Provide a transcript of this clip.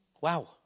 Wow